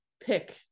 pick